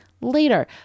later